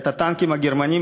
את הטנקים הגרמניים,